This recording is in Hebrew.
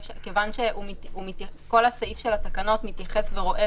כיוון שכל הסעיף של התקנות מתייחס ורואה